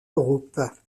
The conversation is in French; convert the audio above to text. groupe